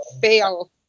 fail